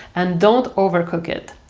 and don't overcook it.